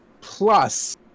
plus